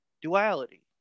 duality